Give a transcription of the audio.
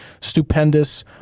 stupendous